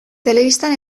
telebistan